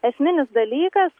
esminis dalykas